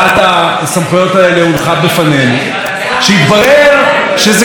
כשהתברר שכל זה נגע רק לבנימין נתניהו שר התקשורת.